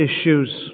issues